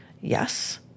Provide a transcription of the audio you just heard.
Yes